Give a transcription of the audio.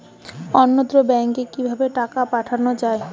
অন্যত্র ব্যংকে কিভাবে টাকা পাঠানো য়ায়?